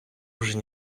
вже